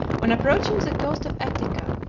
on approaching the coast of attica,